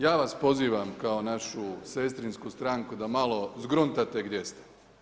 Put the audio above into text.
Ja vas pozivam kao našu sestrinsku stranku da malo zgruntate gdje ste.